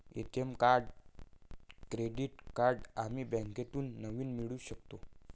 ATM card credit card आम्ही बँकेतून नवीन मिळवू शकतो